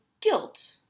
guilt